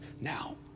now